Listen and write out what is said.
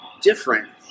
different